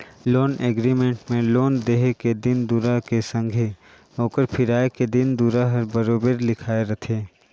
loan agreement में loan देहे के दिन दुरा के संघे ओकर फिराए के दिन दुरा हर बरोबेर लिखाए रहथे